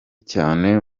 cyane